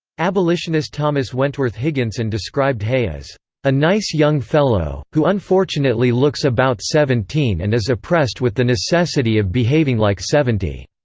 abolitionist thomas wentworth higginson described hay as a nice young fellow, who unfortunately looks about seventeen and is oppressed with the necessity of behaving like seventy.